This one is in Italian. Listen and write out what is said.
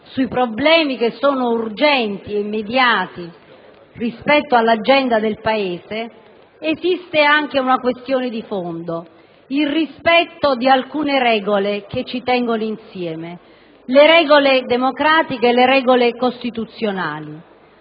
sui problemi urgenti ed immediati rispetto all'agenda del Paese, esiste anche una questione di fondo: il rispetto di alcune regole che ci tengono insieme, le regole democratiche e costituzionali.